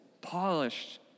polished